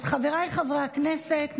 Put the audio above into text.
אז חבריי חברי הכנסת,